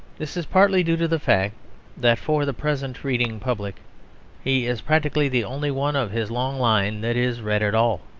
this is partly due to the fact that for the present reading public he is practically the only one of his long line that is read at all.